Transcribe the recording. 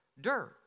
dirt